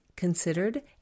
considered